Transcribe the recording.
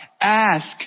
ask